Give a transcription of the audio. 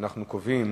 אנחנו קובעים